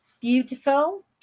Beautiful